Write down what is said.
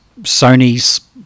Sony's